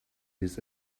his